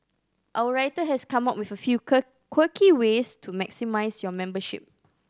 our writer has come up with a few quirky ways to maximise your membership